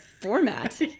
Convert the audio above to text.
format